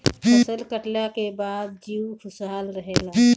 फसल कटले के बाद जीउ खुशहाल रहेला